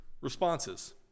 responses